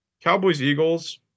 Cowboys-Eagles